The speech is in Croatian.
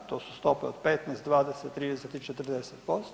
To su stope od 15, 20, 30 i 40%